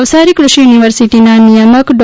નવસારી કૃષિ યુનિવર્સીટીના નિયામક ડો